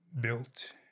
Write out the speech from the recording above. built